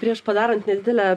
prieš padarant nedidelę